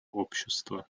общества